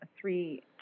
three